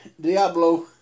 Diablo